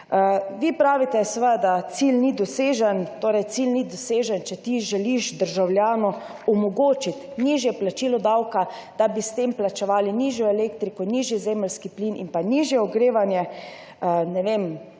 Vi pravite, da cilj ni dosežen. Cilj torej ni dosežen, če ti želiš državljanu omogočiti nižje plačilo davka, da bi s tem plačevali nižjo elektriko, nižji zemeljski plin in nižje ogrevanje. Ne vem,